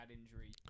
injury